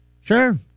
Sure